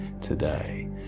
today